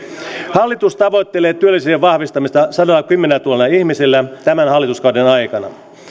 hallitus tavoittelee työllisyyden vahvistamista sadallakymmenellätuhannella ihmisellä tämän hallituskauden aikana